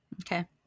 Okay